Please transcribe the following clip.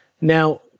now